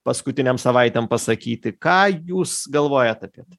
paskutinėm savaitėm pasakyti ką jūs galvojat apie tai